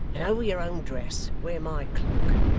and over your own dress wear my cloak.